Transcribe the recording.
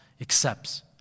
accepts